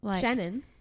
Shannon